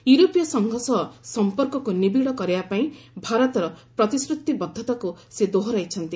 ୟୁରୋପୀୟ ସଂଘ ସହ ସମ୍ପର୍କକୁ ନିବିଡ଼ କରାଇବାପାଇଁ ଭାରତର ପ୍ରତିଶ୍ରୁତିବଦ୍ଧତାକୁ ସେ ଦୋହରାଇଛନ୍ତି